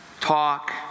talk